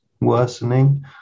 worsening